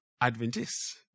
Adventists